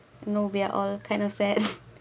no we're all kind of sad